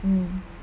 mm